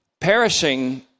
Perishing